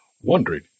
wondering